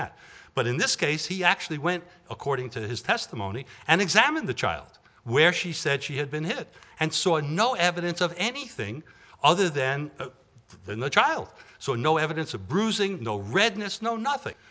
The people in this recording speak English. that but in this case he actually went according to his testimony and examine the child where she said she had been hit and saw no evidence of anything other then the child so no evidence of bruising no redness no nothing